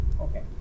okay